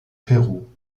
peru